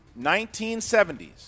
1970s